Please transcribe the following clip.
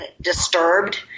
disturbed